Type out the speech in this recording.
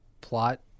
plot